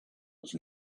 was